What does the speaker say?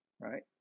right